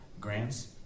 grants